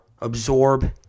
absorb